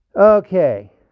Okay